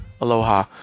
Aloha